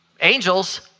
angels